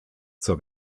zur